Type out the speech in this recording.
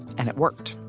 and it worked.